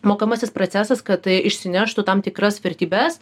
mokamasis procesas kad išsineštų tam tikras vertybes